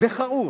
וכאוב